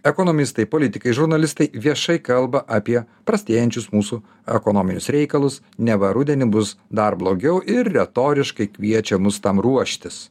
ekonomistai politikai žurnalistai viešai kalba apie prastėjančius mūsų ekonominius reikalus neva rudenį bus dar blogiau ir retoriškai kviečia mus tam ruoštis